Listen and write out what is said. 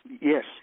Yes